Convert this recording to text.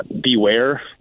beware